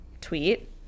tweet